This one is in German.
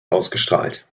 ausgestrahlt